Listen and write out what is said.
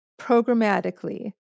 programmatically